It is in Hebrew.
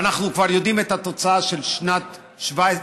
ואנחנו כבר יודעים את התוצאה של שנת 2018-2017,